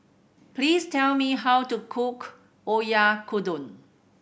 please tell me how to cook Oyakodon